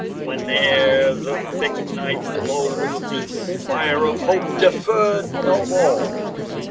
whene'er the thick night glow with beacon-fire of hope deferred no more.